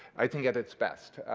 i think, at its best.